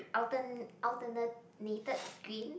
altern~ alternated green